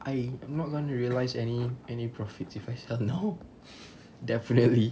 I I'm not gonna realise any any profits if I sell now definitely